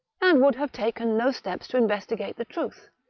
and would have taken no steps to investigate the truth,